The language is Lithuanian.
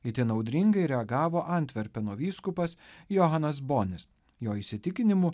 itin audringai reagavo antverpeno vyskupas johnas bonis jo įsitikinimu